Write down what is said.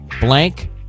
blank